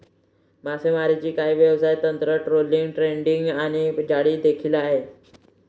मासेमारीची काही व्यवसाय तंत्र, ट्रोलिंग, ड्रॅगिंग आणि जाळी देखील आहे